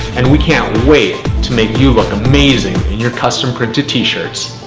and we can't wait to make you look amazing in your custom printed t-shirts.